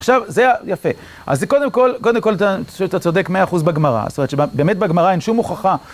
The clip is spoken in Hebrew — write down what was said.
עכשיו זה היפה, אז קודם כל אתה צודק 100% בגמרא, זאת אומרת שבאמת בגמרא אין שום הוכחה.